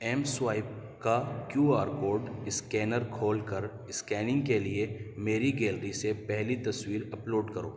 M swipe کا Q R code scanner کھول کر اسکیننگ کے لیے میری گیلری سے پہلی تصویر اپ لوڈ کرو